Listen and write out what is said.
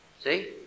See